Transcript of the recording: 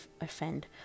offend